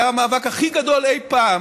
זה היה המאבק הכי גדול אי פעם